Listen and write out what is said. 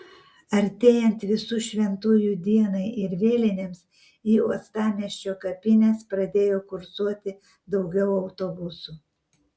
artėjant visų šventųjų dienai ir vėlinėms į uostamiesčio kapines pradėjo kursuoti daugiau autobusų